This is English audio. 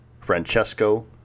Francesco